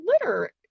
litter